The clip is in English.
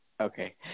Okay